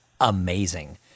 amazing